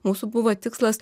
mūsų buvo tikslas